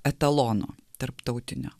etalono tarptautinio